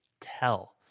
tell